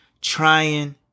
trying